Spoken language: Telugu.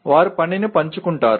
వారు పనిని పంచుకుంటారు